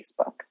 Facebook